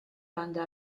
banda